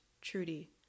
Trudy